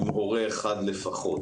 עם הורה אחד לפחות.